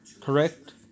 Correct